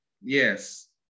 yes